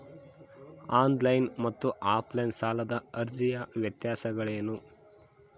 On line ಮತ್ತು offline ಸಾಲದ ಅರ್ಜಿಯ ವ್ಯತ್ಯಾಸಗಳೇನು?